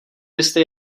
byste